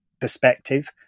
perspective